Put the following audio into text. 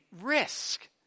risk